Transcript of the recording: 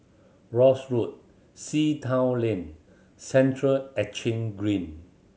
Rosyth Road Sea Town Lane Central Exchange Green